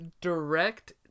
direct